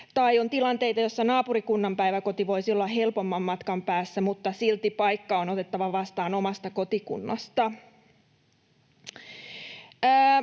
tai on tilanteita, joissa naapurikunnan päiväkoti voisi olla helpomman matkan päässä, mutta silti paikka on otettava vastaan omasta kotikunnasta.